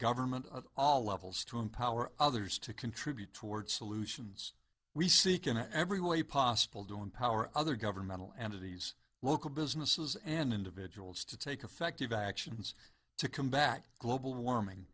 government at all levels to empower others to contribute toward solutions we seek in every way possible do empower other governmental entities local businesses and individuals to take affective actions to combat global warming